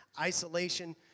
isolation